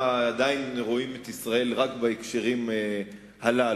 עדיין רואים את ישראל רק בהקשרים הללו.